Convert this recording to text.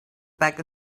back